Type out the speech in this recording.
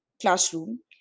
classroom